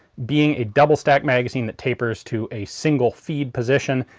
being a double stack magazine that tapers to a single feed position,